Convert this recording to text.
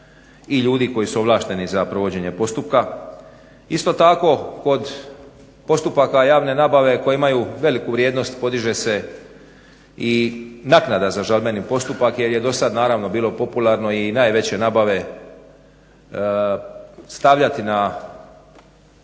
i ljudi koji su ovlašteni za provođenje postupka. Isto tako kod postupaka javne nabave koji imaju veliku vrijednost podiže se i naknada za žalbeni postupak jer je dosad naravno bilo popularno i najveće nabave stavljati na zadatak